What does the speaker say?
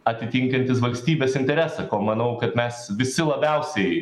atitinkantys valstybės interesą ko manau kad mes visi labiausiai